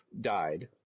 died